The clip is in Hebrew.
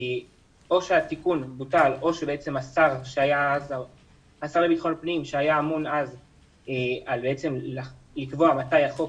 או שהתיקון בוטל או שהשר לביטחון פנים שהיה אז אמון על תחילת החוק,